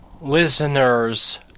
listeners